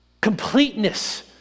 Completeness